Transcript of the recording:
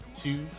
two